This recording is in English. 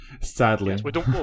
Sadly